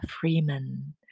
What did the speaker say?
Freeman